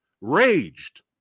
Raged